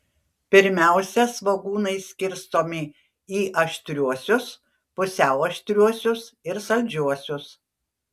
pirmiausia svogūnai skirstomi į aštriuosius pusiau aštriuosius ir saldžiuosius